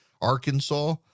Arkansas